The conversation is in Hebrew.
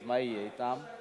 מה יהיה אתם?